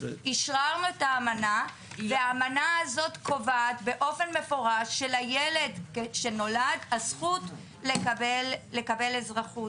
אבל האמנה הזאת קובעת באופן מפורש שלילד שנולד הזכות לקבל אזרחות.